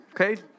okay